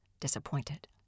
disappointed